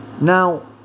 Now